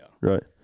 Right